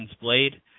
Blade